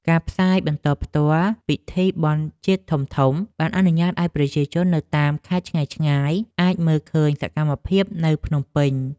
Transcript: ការផ្សាយបន្តផ្ទាល់ពិធីបុណ្យជាតិធំៗបានអនុញ្ញាតឱ្យប្រជាជននៅតាមខេត្តឆ្ងាយៗអាចមើលឃើញសកម្មភាពនៅភ្នំពេញ។